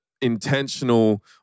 intentional